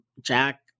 Jack